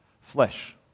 flesh